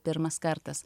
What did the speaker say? pirmas kartas